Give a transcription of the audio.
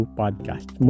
podcast